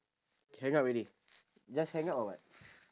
can hang up already just hang up or what